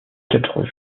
quatre